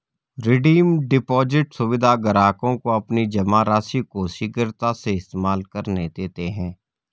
redeem deposit सुविधा ग्राहकों को अपनी जमा राशि को शीघ्रता से इस्तेमाल करने देते है